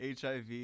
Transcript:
HIV